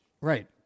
Right